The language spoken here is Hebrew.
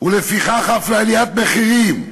ולפיכך אף לעליית מחירים.